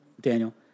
Daniel